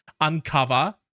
uncover